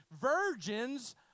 virgins